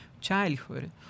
childhood